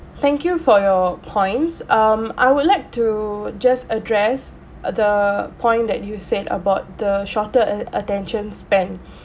thank you for your points um I would like to just address a the point that you said about the shorter a~ attention span